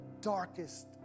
darkest